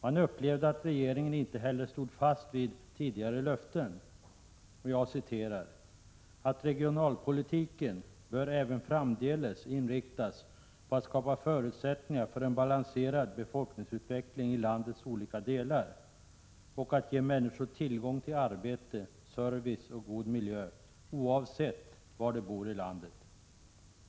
Man upplevde också att regeringen inte stod fast vid tidigare löften: ”Regionalpolitiken bör även framdeles inriktas på att skapa förutsättningar för en balanserad befolkningsutveckling i landets olika delar och att ge människor tillgång till arbete, service och god miljö oavsett var de bor i landet.